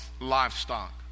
livestock